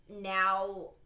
now